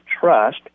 trust